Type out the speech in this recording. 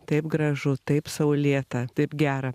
taip gražu taip saulėta taip gera